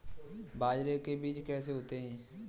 बाजरे के बीज कैसे होते हैं?